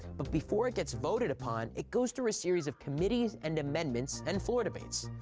but before it gets voted upon, it goes through a series of committees, and amendments, and floor debates.